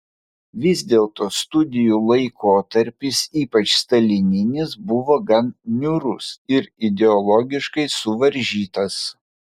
vis dėlto studijų laikotarpis ypač stalininis buvo gan niūrus ir ideologiškai suvaržytas